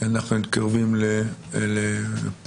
אנחנו מתקרבים לפגרה,